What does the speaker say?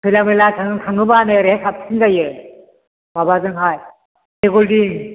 खैला मैला थां थाङोब्ला नोरैहाय साबसिन जायो माबाजोंहाय सेगुलदिं